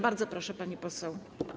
Bardzo proszę, pani poseł.